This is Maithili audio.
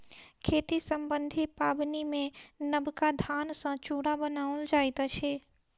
खेती सम्बन्धी पाबनिमे नबका धान सॅ चूड़ा बनाओल जाइत अछि